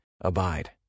Abide